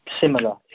similar